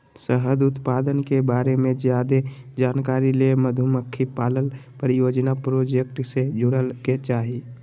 शहद उत्पादन के बारे मे ज्यादे जानकारी ले मधुमक्खी पालन परियोजना प्रोजेक्ट से जुड़य के चाही